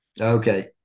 Okay